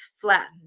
flattened